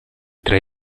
tre